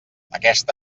aquesta